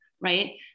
right